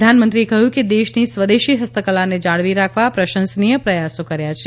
પ્રધાનમંત્રીએ કહ્યું કે દેશની સ્વદેશી હસ્તકલાને જાળવી રાખવા પ્રશંસનીય પ્રથાસો કર્યા છે